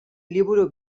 liburu